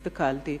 הסתכלתי,